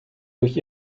durch